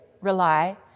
rely